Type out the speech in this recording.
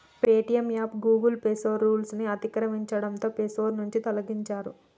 Paytm app Google Play Store rules ని అతిక్రమించడంతో Play Store నుంచి తొలగించారు